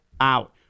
out